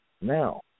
now